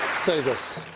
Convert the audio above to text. say this.